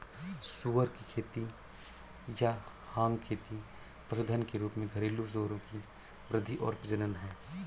सुअर की खेती या हॉग खेती पशुधन के रूप में घरेलू सूअरों की वृद्धि और प्रजनन है